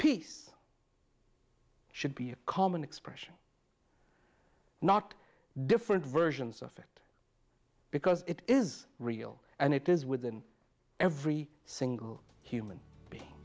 peace should be common expression not different versions of it because it is real and it is within every single human being